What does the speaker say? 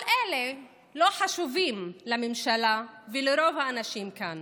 כל אלה לא חשובים לממשלה ולרוב האנשים כאן.